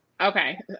Okay